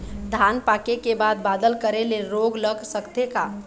धान पाके के बाद बादल करे ले रोग लग सकथे का?